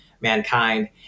Mankind